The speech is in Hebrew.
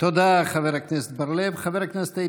תודה, חבר הכנסת בר לב.